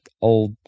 old